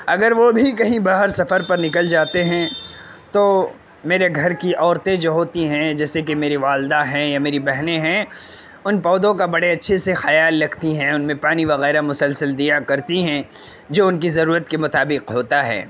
اگر وہ بھی کہیں باہر سفر پر نکل جاتے ہیں تو میرے گھر کی عورتیں جو ہوتی ہیں جیسے کہ میری والدہ ہیں یا میری بہنیں ہیں ان پودوں کا بڑے اچھے سے خیال رکھتی ہیں ان میں پانی وغیرہ مسلسل دیا کرتی ہیں جو ان کی ضرورت کے مطابق ہوتا ہے